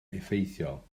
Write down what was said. effeithiol